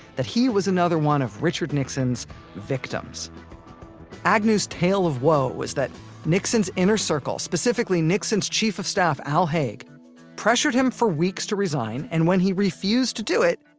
that he was another one of richard nixon's victims agnew's tale of woe was that nixon's inner circle specifically nixon's chief-of-staff al haig pressured him for weeks to resign and when he refused to do it.